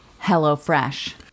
HelloFresh